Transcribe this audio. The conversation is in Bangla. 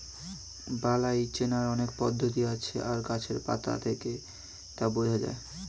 বালাই চেনার অনেক পদ্ধতি আছে আর গাছের পাতা দেখে তা বোঝা যায়